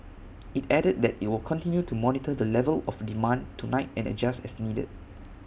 IT added that IT will continue to monitor the level of demand tonight and adjust as needed